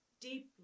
Deeply